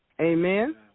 Amen